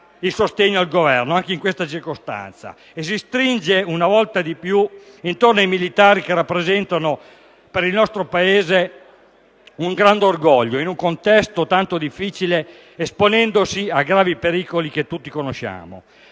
il sostegno al Governo anche in questa circostanza e si stringe, una volta di più, intorno ai militari che rappresentano per il nostro Paese un grande orgoglio in un contesto tanto difficile, esponendosi a gravi pericoli che tutti conosciamo.